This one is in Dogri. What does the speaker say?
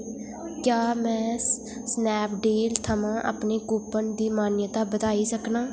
क्या में स्नैपडील थमां अपने कूपन दी मानता बधाई सकनां